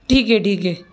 ठीक आहे ठीक आहे